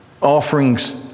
offerings